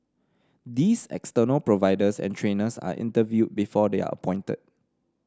these external providers and trainers are interviewed before they are appointed